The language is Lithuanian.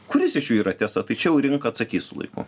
kuris iš jų yra tiesa tai čia jau rinka atsakys su laiku